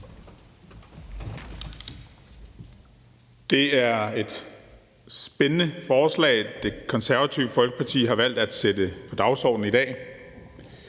Det er et spændende forslag, Det Konservative Folkeparti har valgt at sætte på dagsordenen i dag.